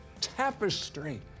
tapestry